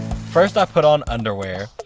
first i put on underwear.